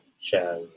share